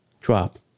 drop